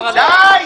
די.